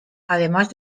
además